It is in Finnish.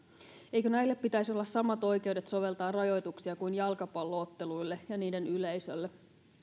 eikö näille pitäisi olla samat oikeudet soveltaa rajoituksia kuin jalkapallo otteluille ja niiden yleisölle